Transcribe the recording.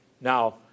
Now